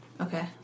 Okay